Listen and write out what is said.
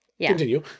continue